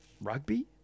rugby